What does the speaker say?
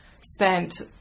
spent